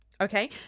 Okay